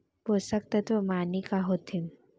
पोसक तत्व माने का होथे?